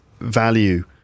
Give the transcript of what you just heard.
value